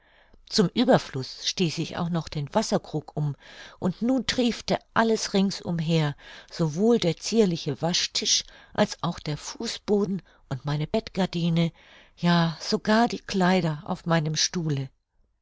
zum ueberfluß stieß ich auch noch den wasserkrug um und nun triefte alles rings umher sowohl der zierliche waschtisch als auch der fußboden und meine bettgardine ja sogar die kleider auf meinem stuhle